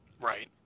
Right